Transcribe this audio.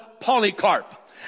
Polycarp